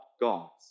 God's